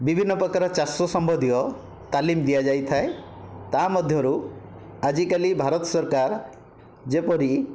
ବିଭିନ୍ନ ପ୍ରକାରର ଚାଷ ସମ୍ବନ୍ଧୀୟ ତାଲିମ ଦିଆଯାଇଥାଏ ତା' ମଧ୍ୟରୁ ଆଜିକାଲି ଭାରତ ସରକାର ଯେପରି